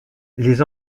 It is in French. les